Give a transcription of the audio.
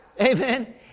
Amen